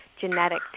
genetic